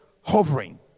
hovering